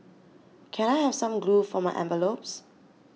can I have some glue for my envelopes